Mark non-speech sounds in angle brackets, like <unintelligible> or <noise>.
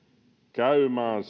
käymään <unintelligible>